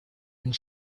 and